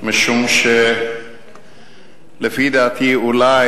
משום שלפי דעתי אולי